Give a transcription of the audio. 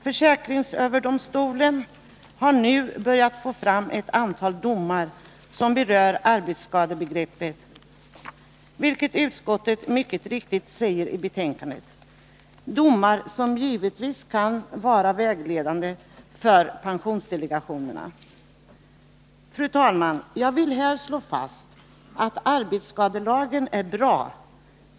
Försäkringsöverdomstolen har nu börjat få fram ett antal domar som berör arbetsskadebegreppet, vilket utskottet mycket riktigt säger i betänkandet, domar som givetvis kan vara vägledande för pensionsdelegationerna. Fru talman! Jag vill här slå fast att arbetsskadelagen är bra.